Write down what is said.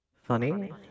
Funny